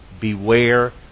Beware